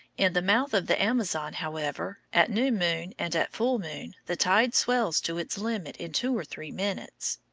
in the mouth of the amazon, however, at new moon and at full moon the tide swells to its limit in two or three minutes.